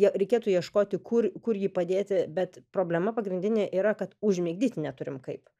reikėtų ieškoti kur kur jį padėti bet problema pagrindinė yra kad užmigdyt neturim kaip